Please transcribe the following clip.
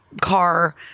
car